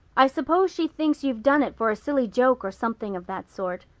i suppose she thinks you've done it for a silly joke or something of that sort.